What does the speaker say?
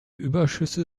überschüsse